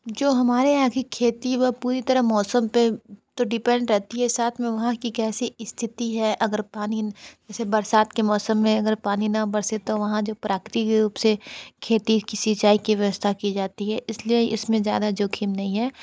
जो हमारे यहाँ कि खेती है वह पूरी तरह मौसम पे तो डिपेंड रहती है साथ में वहाँ की कैसी स्थिति है अगर पानी जैसे बरसात के मौसम में अगर पानी ना बरसे तो वहाँ जो प्राकृतिक रूप से खेती की सिचाई की व्यवस्था की जाती है इसलिए इसमें ज़्यादा जोखिम नहीं है